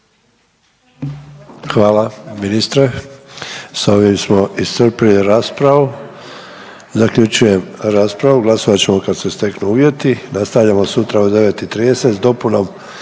Hvala ministre. S ovim smo iscrpili raspravu, zaključujem raspravu glasovat ćemo kad se steknu uvjeti. Nastavljamo sutra u 9,30 s dopunom